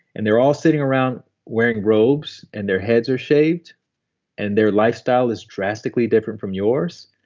and they're all sitting around wearing robes and their heads are shaved and their lifestyle is drastically different from yours,